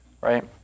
right